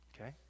Okay